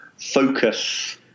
focus